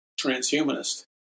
transhumanist